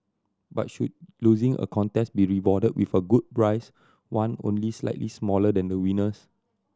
but should losing a contest be rewarded with a good prize one only slightly smaller than the winner's